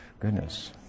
Goodness